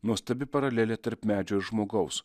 nuostabi paralelė tarp medžio ir žmogaus